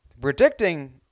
predicting